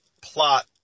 plot